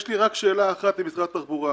יש לי רק שאלה למשרד התחבורה.